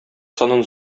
санын